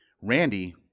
Randy